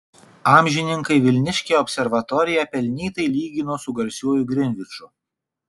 amžininkai vilniškę observatoriją pelnytai lygino su garsiuoju grinviču